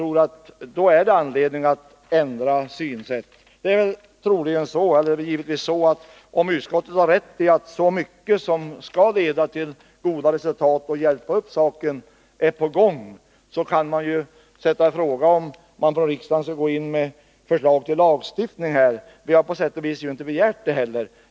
Om utskottet har rätt i att mycket är på gång som kan ge goda resultat kan man sätta i fråga om riksdagen skall föreslå lagstiftning. Vi har inte heller begärt det direkt.